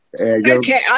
Okay